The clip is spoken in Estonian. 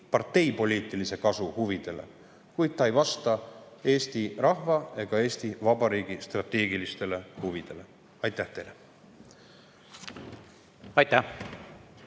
parteipoliitilise kasu huvidele, kuid ei vasta eesti rahva ega Eesti Vabariigi strateegilistele huvidele. Aitäh teile! Aitäh!